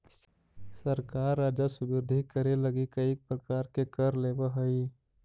सरकार राजस्व वृद्धि करे लगी कईक प्रकार के कर लेवऽ हई